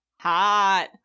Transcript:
hot